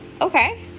okay